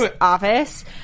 office